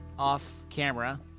off-camera